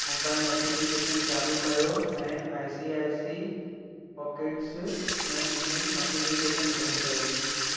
mobile notification चालू कयो ऐं I C I C pockets में ईमेल नोटिफिकेशन बंदि कयो